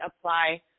apply